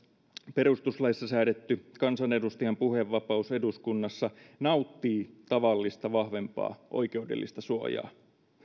perustuslaissa säädetty kansanedustajan puhevapaus eduskunnassa nauttii tavallista vahvempaa oikeudellista suojaa